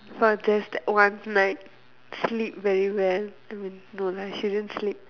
for just that one night sleep very well no I shouldn't sleep